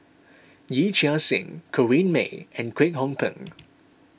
Yee Chia Hsing Corrinne May and Kwek Hong Png